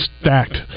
stacked